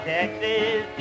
Texas